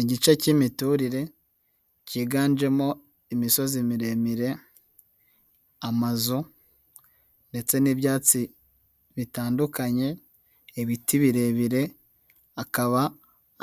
Igice cy'imiturire kiganjemo imisozi miremire, amazu ndetse n'ibyatsi bitandukanye, ibiti birebire hakaba